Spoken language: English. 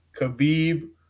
Khabib